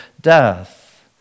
death